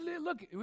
Look